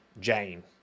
Jane